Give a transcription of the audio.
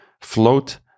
Float